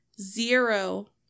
zero